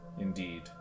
Indeed